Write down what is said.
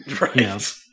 Right